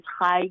high